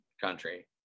country